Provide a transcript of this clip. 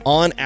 on